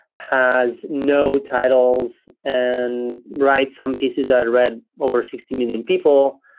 has no titles and writes some pieces that read over sixty million people.